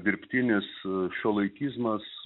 dirbtinis šiuolaikizmas